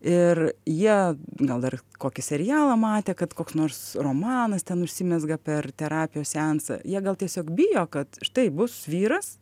ir jie gal dar kokį serialą matė kad koks nors romanas ten užsimezga per terapijos seansą jie gal tiesiog bijo kad štai bus vyras